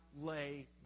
lay